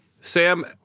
Sam